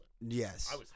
Yes